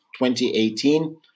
2018